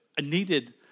needed